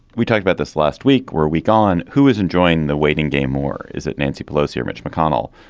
we talked about this last week, where week on who is enjoying the waiting game more? is it nancy pelosi or mitch mcconnell?